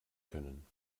können